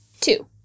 two